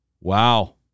Wow